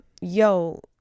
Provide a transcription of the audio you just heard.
yo